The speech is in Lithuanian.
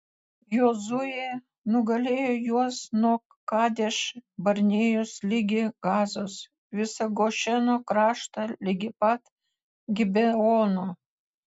jozuė nugalėjo juos nuo kadeš barnėjos ligi gazos visą gošeno kraštą ligi pat gibeono